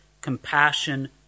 compassion